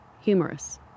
humorous